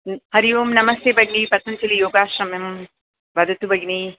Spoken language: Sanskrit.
हरि ओं नमस्ते भगिनि पतञ्जलियोगाश्रमः वदतु भगिनि